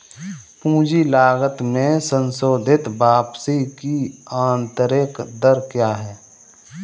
पूंजी लागत में संशोधित वापसी की आंतरिक दर क्या है?